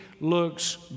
looks